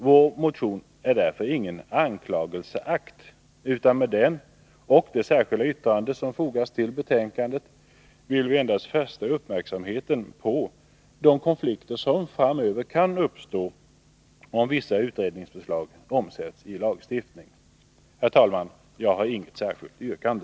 Vår motion är därför ingen anklagelseakt, utan med den och det särskilda yttrande som fogats till betänkandet vill vi endast fästa uppmärksamheten på de konflikter som framöver kan uppstå, om vissa utredningsförslag omsätts i en lagstiftning. Herr talman! Jag har inget särskilt yrkande.